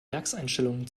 werkseinstellungen